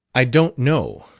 i don't know,